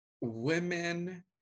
women